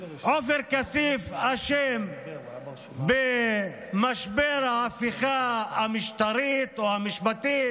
עופר כסיף אשם במשבר ההפיכה המשטרית או המשפטית,